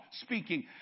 speaking